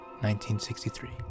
1963